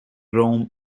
rome